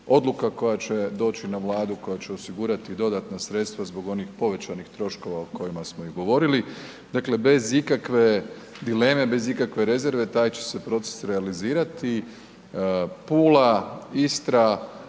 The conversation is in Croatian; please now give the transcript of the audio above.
odluka koja će doći na Vladu, koja će osigurati dodatna sredstva zbog onih povećanih troškova o kojima smo i govorili. Dakle bez ikakve dileme, bez ikakve rezerve taj će se proces realizirati. Pula, Istra,